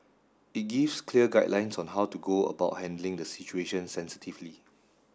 it gives clear guidelines on how to go about handling the situation sensitively